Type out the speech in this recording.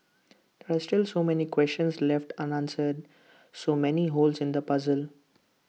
there are still so many questions left unanswered so many holes in the puzzle